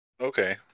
Okay